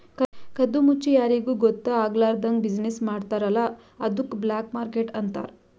ಕದ್ದು ಮುಚ್ಚಿ ಯಾರಿಗೂ ಗೊತ್ತ ಆಗ್ಲಾರ್ದಂಗ್ ಬಿಸಿನ್ನೆಸ್ ಮಾಡ್ತಾರ ಅಲ್ಲ ಅದ್ದುಕ್ ಬ್ಲ್ಯಾಕ್ ಮಾರ್ಕೆಟ್ ಅಂತಾರ್